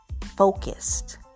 focused